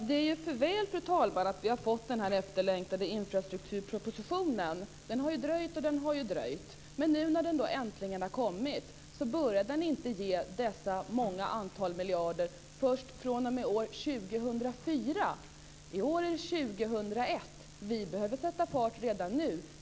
Fru talman! Det är för väl att vi har fått den efterlängtade infrastrukturpropositionen. Den har dröjt och dröjt. Nu när den äntligen har lagts fram föreslås inte att dessa många miljarder ges ut förrän först år 2004. I år är det 2001. Vi behöver sätta fart redan nu.